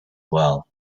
well